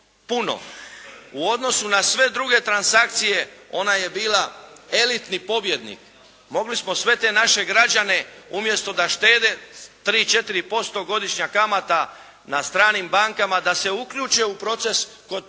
U odnosu na sve druge transakcije ona je bila elitni pobjednik. Mogli smo sve te naše građane umjesto da štede 3, 4% godišnja kamata na stranim bankama da se uključe u proces kod preuzimanja